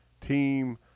team